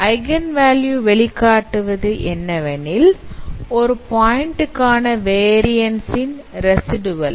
eigen value வெளிக்காட்டுவது என்னவெனில் ஒரு பாயிண்ட் க்காண வேரியன்ஸ் ன் ரஸிடுவெல்